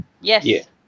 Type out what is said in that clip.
Yes